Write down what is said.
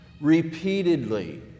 Repeatedly